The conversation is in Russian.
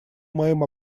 моим